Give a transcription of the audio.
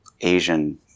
Asian